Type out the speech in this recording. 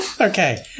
Okay